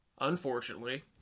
unfortunately